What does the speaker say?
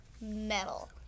metal